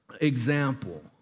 example